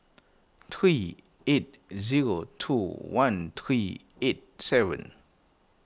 three eight zero two one three eight seven